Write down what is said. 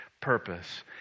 purpose